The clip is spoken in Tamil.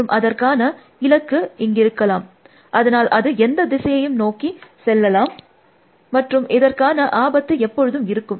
மற்றும் அதற்கான இலக்கு இங்கிருக்கலாம் ஆனால் அது எந்த திசையையும் நோக்கியும் செல்லலாம் மற்றும் அதற்கான ஆபத்து எப்பொழுதும் இருக்கும்